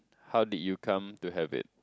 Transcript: how did you come to have it